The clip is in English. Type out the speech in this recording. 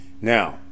Now